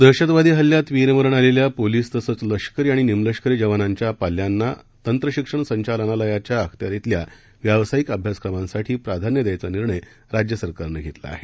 दहशतवादी हल्ल्यात वीरमरण आलेल्या पोलीस तसंच लष्करी आणि निमलष्करी जवानांच्या पाल्यांना तंत्र शिक्षण संचालनालयाच्या अखत्यारितल्या व्यावसायिक अभ्यासक्रमांसाठी प्राधान्य द्यायचा निर्णय राज्य सरकारनं घेतला आहे